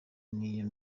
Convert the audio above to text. n’iyo